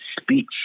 speech